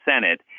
Senate